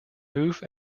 hoof